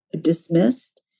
dismissed